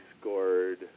scored